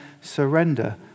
surrender